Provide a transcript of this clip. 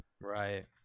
right